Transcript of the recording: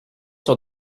sur